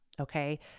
Okay